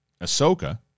Ahsoka